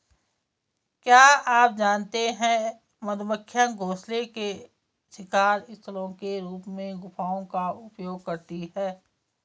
क्या आप जानते है मधुमक्खियां घोंसले के शिकार स्थलों के रूप में गुफाओं का उपयोग करती है?